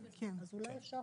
אולי אפשר